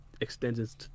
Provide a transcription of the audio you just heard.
extends